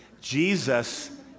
Jesus